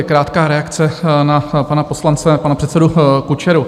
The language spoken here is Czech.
Krátká reakce na pana poslance, pana předsedu Kučeru.